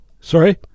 Sorry